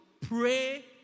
Pray